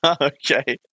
Okay